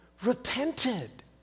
Repented